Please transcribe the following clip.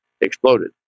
exploded